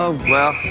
ah well.